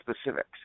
specifics